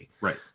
Right